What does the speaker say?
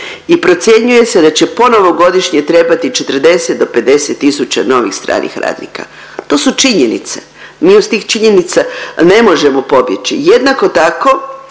i procjenjuje se da će ponovo godišnje trebati 40 do 50 tisuća novih stranih radnika. To su činjenice, mi od tih činjenica ne možemo pobjeći. Jednako tako